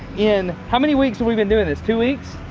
in. how many weeks and we been doing this? two weeks?